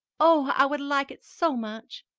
oh, i would like it so much!